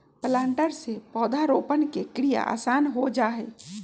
planter से पौधरोपण के क्रिया आसान हो जा हई